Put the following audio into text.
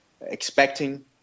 expecting